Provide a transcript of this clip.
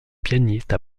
pianiste